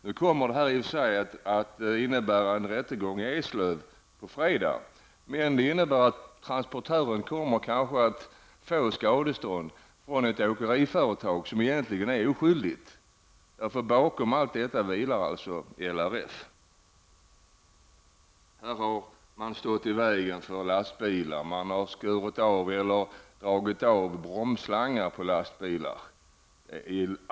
Nu kommer detta i och för sig att innebära en rättegång i Eslöv på fredag. Men det kommer kanske också att innebära att transportören kommer att få skadestånd från ett åkeriföretag som egentligen är oskyldigt, eftersom LRF vilar bakom allt detta. I detta fall har man alltså stått i vägen för lastbilar och dragit av bromsslangar på lastbilar.